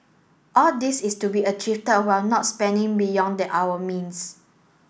all this is to be achieve while not spending beyond that our means